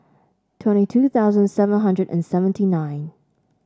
twenty two thousand seven hundred and seventy nine